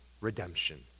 redemption